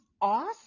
awesome